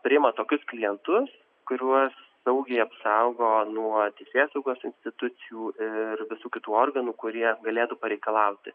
priima tokius klientus kuriuos saugiai apsaugo nuo teisėsaugos institucijų ir visų kitų organų kurie galėtų pareikalauti